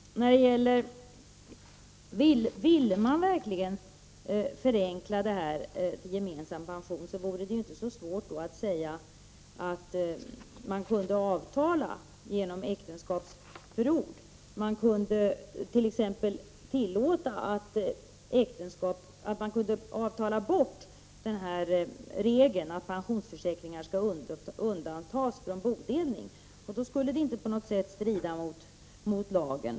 Om man verkligen ville förenkla möjligheterna till gemensam pension, vore det inte svårt att säga att man skulle avtala genom äktenskapsförord. Vi kunde t.ex. tillåta att man avtalade bort regeln att pensionsförsäkringar skall undantas från bodelning. Då skulle det inte på något sätt strida mot lagprincipen.